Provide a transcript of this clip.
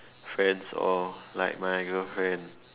friends or like my girlfriend